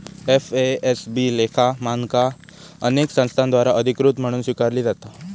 FASB लेखा मानका अनेक संस्थांद्वारा अधिकृत म्हणून स्वीकारली जाता